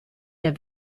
der